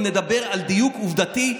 אם נדבר על דיוק עובדתי,